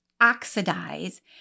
oxidize